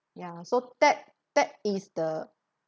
ya so that that is the